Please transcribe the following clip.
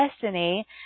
destiny